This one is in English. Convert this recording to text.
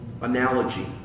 analogy